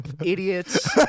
idiots